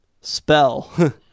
spell